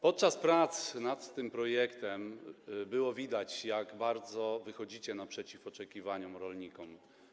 Podczas prac nad tym projektem było widać, jak bardzo wychodzicie naprzeciw oczekiwaniom rolników.